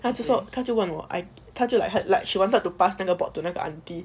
他就说他就问我 I 他就 like she wanted to pass 那个 board to 那个 auntie